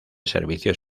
servicios